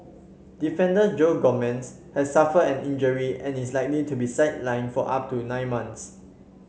defender Joe Gomez has suffered an injury and is likely to be sidelined for up to nine months